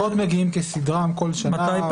הדוחות מגיעים כסדרם כל שנה.